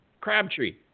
Crabtree